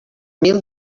mil